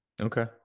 Okay